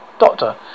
Doctor